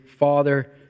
father